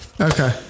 Okay